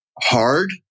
hard